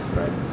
right